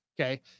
Okay